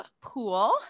Pool